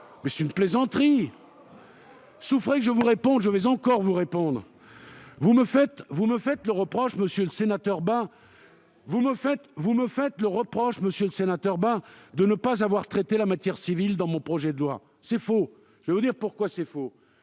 Mais c'est une plaisanterie ! Souffrez que je vous réponde ! Nous souffrons ! Vous me faites le reproche, monsieur le sénateur Bas, de ne pas avoir traité la justice civile dans mon projet de loi. C'est faux, et je vais vous dire pourquoi. Nous